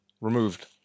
removed